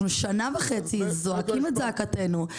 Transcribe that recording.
שנה וחצי אנחנו זועקים את זעקתנו,